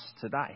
today